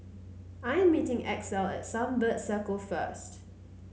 I'm meeting Axel at Sunbird Circle first